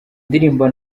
ndirimbo